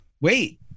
Wait